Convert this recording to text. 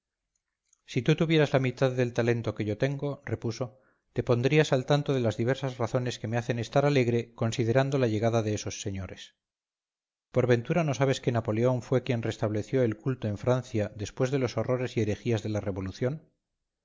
si tú tuvieras la mitad del talento que yo tengo repuso te pondrías al tanto de las diversas razones que me hacen estar alegre considerando la llegada de esos señores por ventura no sabes que napoleón fue quien restableció el culto en francia después de los horrores y herejías de la revolución